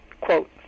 quote